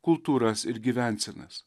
kultūras ir gyvensenas